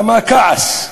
למה הכעס?